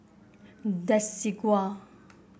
desigual